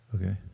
Okay